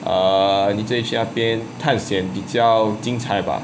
err 你自己去那边探险比较精彩吧:ni zi ji qu na bian tan xian bi jiao jingng cai ba